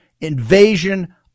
invasion